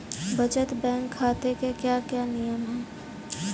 बचत बैंक खाते के क्या क्या नियम हैं?